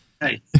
Hey